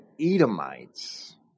Edomites